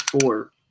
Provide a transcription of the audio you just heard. four